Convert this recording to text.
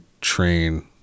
train